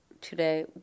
today